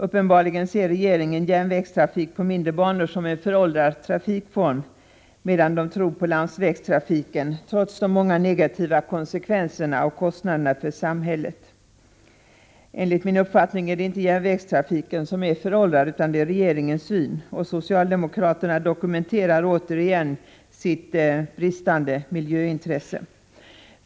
Uppenbarligen ser regeringen järnvägstrafik på mindre banor som en föråldrad trafikform, medan man tror på landsvägstrafiken trots de många negativa konsekvenserna och kostnaderna för samhället. Enligt min uppfattning är det inte järnvägstrafiken som är föråldrad utan regeringens syn, och socialdemokraterna dokumenterar återigen sitt bristande miljöintresse.